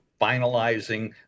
finalizing